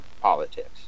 politics